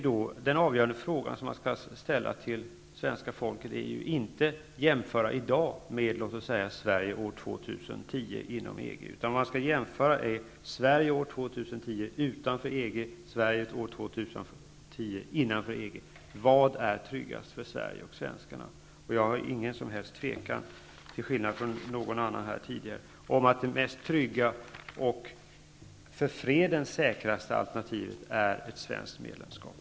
Den avgörande fråga som skall ställas till svenska folket gäller inte en jämförelse mellan Sverige av i dag och Sverige, låt oss säga, år 2010 inom EG. I stället handlar det om en jämförelse mellan Sverige år 2010 utanför EG och Sverige år 2010 i EG. Vad är tryggast för Sverige och svenskarna? Till skillnad från vad som sades här tidigare hyser jag inget som helst tvivel på den punkten. Det tryggaste och det för freden säkraste alternativet är nämligen ett svenskt medlemskap.